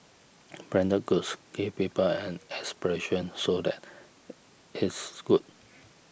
branded goods give people an aspiration so that is good